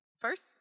First